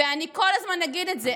ואני כל הזמן אגיד את זה.